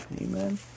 Amen